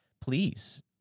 please